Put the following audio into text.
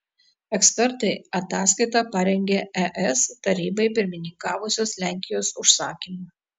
ekspertai ataskaitą parengė es tarybai pirmininkavusios lenkijos užsakymu